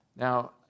Now